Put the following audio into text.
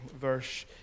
verse